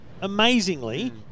amazingly